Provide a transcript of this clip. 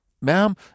ma'am